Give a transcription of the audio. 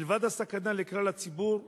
מלבד הסכנה לכלל הציבור,